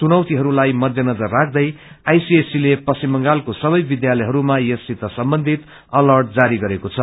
चुनौतीहरूलाई मध्य नजर राख्दै आईसीएसई ले पश्चिम बंगालको सवै विद्यालयहरूमा यससित सम्बन्धित अर्लट जारी गरेको छ